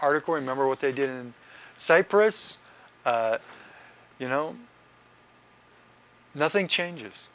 article remember what they did in cyprus you know nothing changes